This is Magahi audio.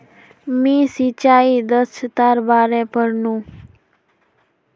मी सिंचाई दक्षतार बारे पढ़नु